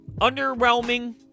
Underwhelming